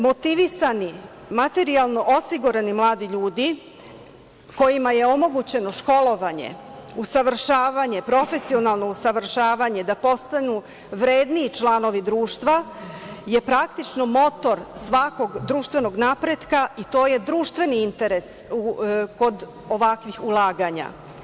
Motivisani i materijalno osigurani mladi ljudi kojima je omogućeno školovanje, usavršavanje, profesionalno usavršavanje da postanu vredniji članovi društva je praktično motor svakog društvenog napretka i to je društveni interes kod ovakvih ulaganja.